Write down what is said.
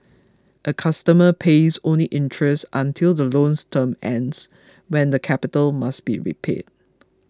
a customer pays only interest until the loan's term ends when the capital must be repaid